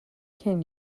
can